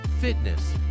fitness